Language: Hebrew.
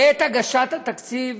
בעת הגשת התקציב